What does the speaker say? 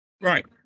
Right